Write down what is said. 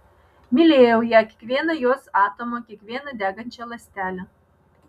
mylėjau ją kiekvieną jos atomą kiekvieną degančią ląstelę